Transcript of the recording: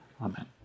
Amen